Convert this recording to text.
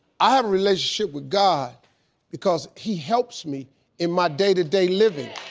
i have a relationship with god because he helps me in my day-to-day living.